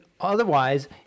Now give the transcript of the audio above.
otherwise